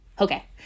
okay